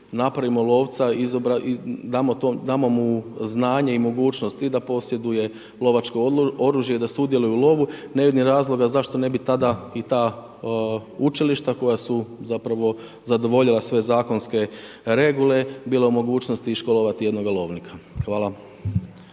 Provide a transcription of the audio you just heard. napravimo lovca, damo mu znanje i mogućnosti da posjeduje lovačko oružje i da sudjeluje u lovu, ne vidim razloga zašto ne bi tada i ta učilišta koja su zapravo zadovoljila sve zakonske regule, bila u mogućnosti i školovati jednoga lovnika. Hvala.